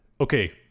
okay